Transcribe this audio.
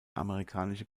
amerikanische